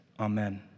Amen